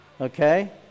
okay